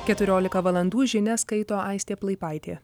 keturiolika valandų žinias skaito aistė plaipaitė